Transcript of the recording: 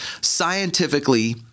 scientifically